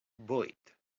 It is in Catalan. vuit